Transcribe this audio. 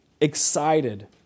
excited